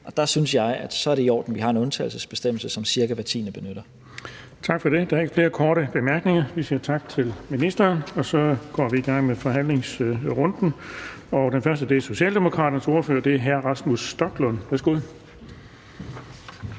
Og der synes jeg, at det er i orden, at vi har en undtagelsesbestemmelse, som cirka hver tiende benytter. Kl. 14:35 Den fg. formand (Erling Bonnesen): Tak for det. Der er ikke flere korte bemærkninger. Vi siger tak til ministeren, og så går vi i gang med forhandlingsrunden. Den første er Socialdemokratiets ordfører, og det er hr. Rasmus Stoklund. Værsgo.